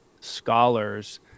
scholars